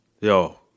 Yo